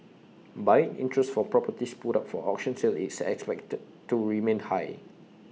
buying interest for properties put up for auction sale is expected to remain high